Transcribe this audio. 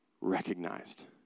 recognized